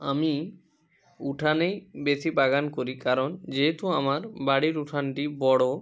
আমি উঠানেই বেশি বাগান করি কারণ যেহেতু আমার বাড়ির উঠানটি বড়ো